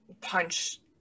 punch